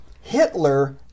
Hitler